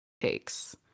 takes